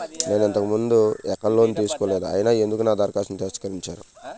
నేను ఇంతకు ముందు ఎక్కడ లోన్ తీసుకోలేదు అయినా ఎందుకు నా దరఖాస్తును తిరస్కరించారు?